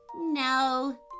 No